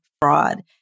fraud